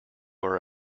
are